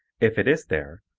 if it is there,